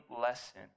lesson